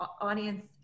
audience